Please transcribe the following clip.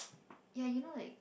ya you know like